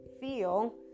feel